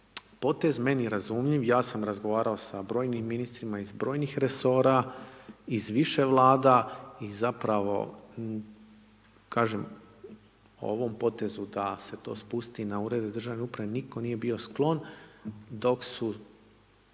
potez meni razumljiv. Ja sam razgovarao sa brojim ministrima iz brojnih resora, iz više Vlada i zapravo, kažem, ovom potezu da se to spusti na Urede države uprave nitko nije bio sklon, dok su